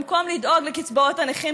במקום לדאוג לקצבאות הנכים,